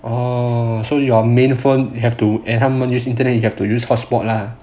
oh so your main phone have to everytime you need internet you have to use hot spot lah